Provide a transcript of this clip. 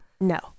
No